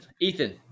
Ethan